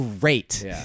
great